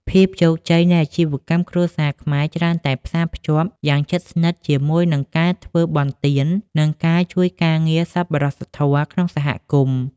ភាពជោគជ័យនៃអាជីវកម្មគ្រួសារខ្មែរ ច្រើនតែផ្សារភ្ជាប់យ៉ាងជិតស្និទ្ធជាមួយនឹងការធ្វើបុណ្យទាន និងការជួយការងារសប្បុរសធម៌ក្នុងសហគមន៍។